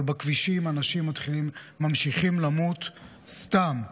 אבל בכבישים אנשים מתחילים, ממשיכים, למות סתם.